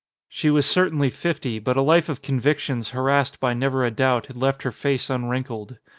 she was certainly fifty, but a life of convic tions harassed by never a doubt had left her face unwrinkled.